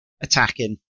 attacking